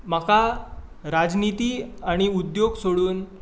म्हाका राजनिती आनी उद्द्योग सोडून